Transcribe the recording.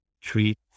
treat